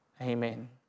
Amen